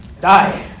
Die